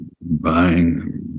buying